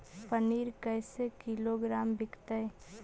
पनिर कैसे किलोग्राम विकतै?